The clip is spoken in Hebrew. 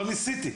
לא ניסיתי,